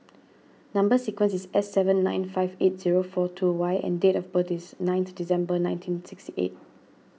Number Sequence is S seven nine five eight zero four two Y and date of birth is ninth December nineteen sixty eight